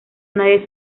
nadie